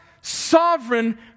sovereign